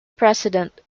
president